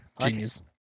Genius